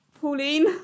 Pauline